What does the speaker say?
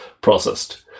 processed